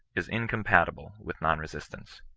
is incompatible with non-resistance.